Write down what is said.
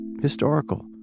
historical